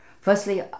Firstly